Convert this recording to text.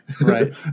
Right